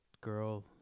girl